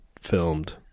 filmed